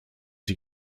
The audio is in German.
sie